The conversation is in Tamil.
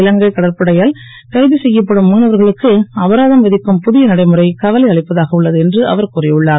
இலங்கை கடற்படையால் கைது செ யப்படும் மீனவர்களுக்கு அபராதம் வி க்கும் பு ய நடைமுறை கவலை அளிப்பதாக உள்ளது என்று அவர் கூறி உள்ளார்